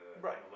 Right